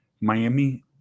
Miami